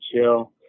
chill